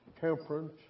temperance